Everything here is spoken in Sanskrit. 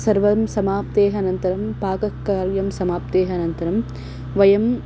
सर्वं समाप्तेः अनन्तरं पाककार्यस्य समाप्तेः अनन्तरं वयं